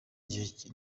igihe